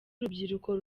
urubyiruko